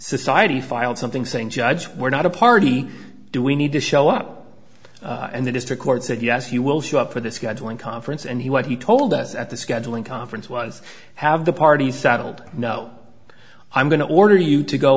society filed something saying judge we're not a party do we need to show up and the district court said yes you will show up for the scheduling conference and he what he told us at the scheduling conference was have the party settled no i'm going to order you to go